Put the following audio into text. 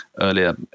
earlier